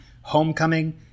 homecoming